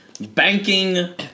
Banking